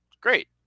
great